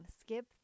skip